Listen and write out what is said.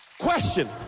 Question